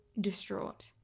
distraught